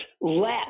less